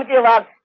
beloved